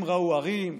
הם ראו ערים.